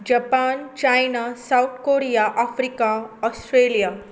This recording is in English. Japan China South Korea Africa Australia